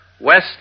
West